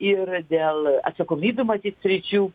ir dėl atsakomybių matyt sričių